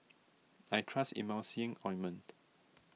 I trust Emulsying Ointment